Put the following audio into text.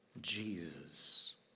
Jesus